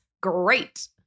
great